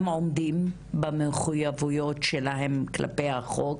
הם עומדים במחויבויות שלהם כלפי החוק